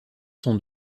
sont